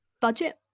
Budget